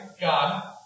God